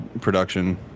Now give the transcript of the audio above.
production